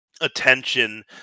Attention